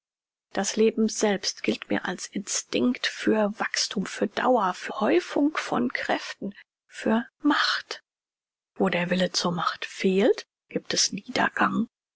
das leben selbst gilt mir als instinkt für wachsthum für dauer für häufung von kräften für macht wo der wille zur macht fehlt giebt es niedergang